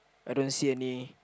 I don't see any